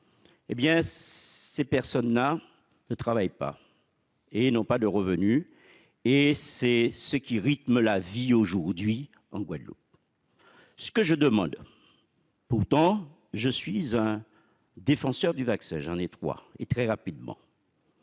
hé bien ces personne n'a ne travaille pas et n'ont pas de revenus et c'est ce qui rythme la vie aujourd'hui en Guadeloupe, ce que je demande, pourtant je suis un défenseur du vaccin, j'en ai trois et très rapidement.